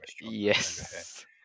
yes